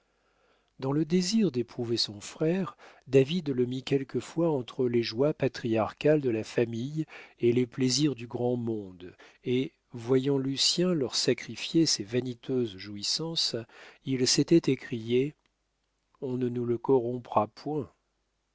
dans le désir d'éprouver son frère david le mit quelquefois entre les joies patriarcales de la famille et les plaisirs du grand monde et voyant lucien leur sacrifier ses vaniteuses jouissances il s'était écrié on ne nous le corrompra point